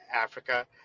Africa